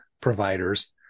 providers